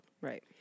Right